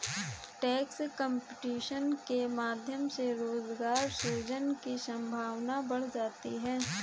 tax competition के माध्यम से रोजगार सृजन की संभावना बढ़ जाती है